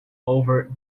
over